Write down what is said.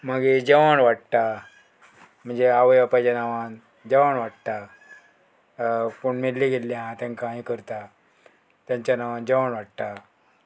मागीर जेवण वाडटा म्हणजे आवय बापायच्या नांवान जेवण वाडटा पूण मेल्ली गेल्ली हांव तांकां हें करता तांच्या नांवांन जेवण वाडटा